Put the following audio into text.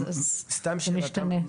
אז זה משתנה.